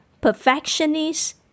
perfectionist